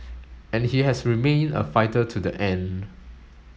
and he has remained a fighter to the end